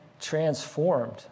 transformed